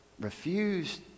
refused